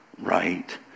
right